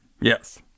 Yes